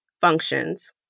functions